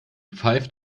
pfeift